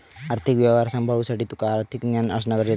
आर्थिक व्यवहार सांभाळुसाठी तुका आर्थिक ज्ञान असणा गरजेचा हा